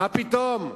מה פתאום,